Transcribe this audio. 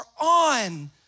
on